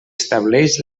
estableix